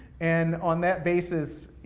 and on that basis,